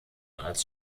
als